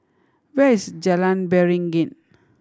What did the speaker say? where is Jalan Beringin